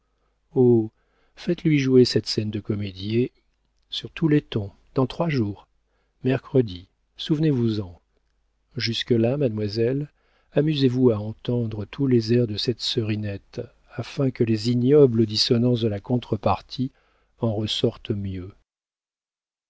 faites-lui jouer cette scène de comédie et sur tous les tons dans trois jours mercredi souvenez vous en jusque-là mademoiselle amusez-vous à entendre tous les airs de cette serinette afin que les ignobles dissonances de la contre-partie en ressortent mieux